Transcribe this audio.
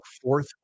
fourth